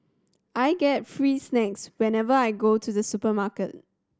I get free snacks whenever I go to the supermarket